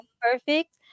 perfect